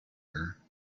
her